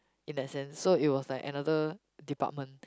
in that sense so it was like another department